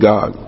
God